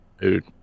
Dude